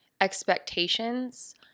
expectations